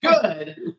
Good